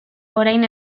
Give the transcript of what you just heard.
orain